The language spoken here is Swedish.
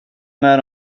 med